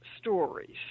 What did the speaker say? stories